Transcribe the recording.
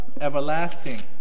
everlasting